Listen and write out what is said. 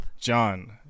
John